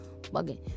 bugging